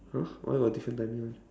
!huh! why got different timing [one]